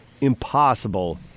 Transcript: impossible